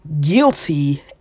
guilty